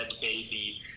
baby